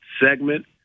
segment